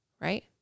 right